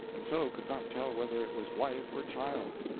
and so could not tell whether it was wife or child.